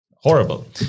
Horrible